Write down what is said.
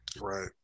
Right